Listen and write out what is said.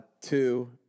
Two